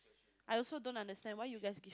I also don't understand why you guys give